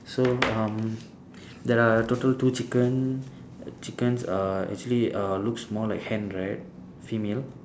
so um there are total two chicken chickens are actually uh looks more like hen right female